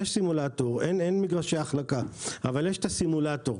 אין מרגשי החלקה, אבל יש את הסימולאטור.